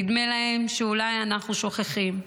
נדמה להם שאולי אנחנו שוכחים.